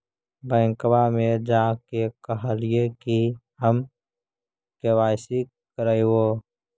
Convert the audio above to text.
बैंकवा मे जा के कहलिऐ कि हम के.वाई.सी करईवो?